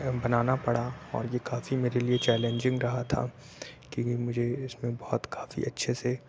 بنانا پڑا اور یہ کافی میرے لیے چیلینجنگ رہا تھا کیونکہ مجھے اس میں بہت کافی اچھے سے